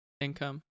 Income